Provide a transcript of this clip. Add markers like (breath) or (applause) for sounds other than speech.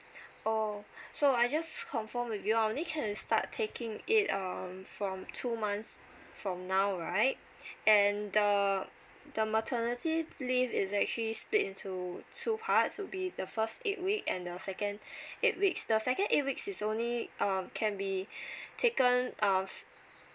oh so I just confirm with you I only can start taking it um from two months from now right and the the maternity leave is actually split into two parts would be the first eight week and the second eight weeks the second eight weeks is only um can be (breath) taken uh